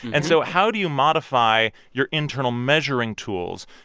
and so how do you modify your internal measuring tools?